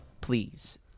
please